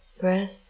breath